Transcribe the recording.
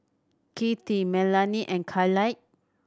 Kittie Melanie and Kyleigh